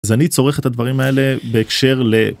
אז אני צורך את הדברים האלה בהקשר ל...